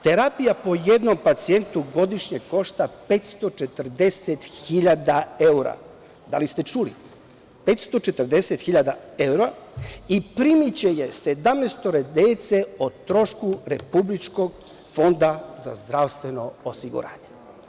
Terapija po jednom pacijentu godišnje košta 540.000 evra, da li ste čuli, 540.000 evra, i primiće je 17 dece o trošku Republičkog fonda za zdravstveno osiguranje.